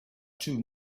two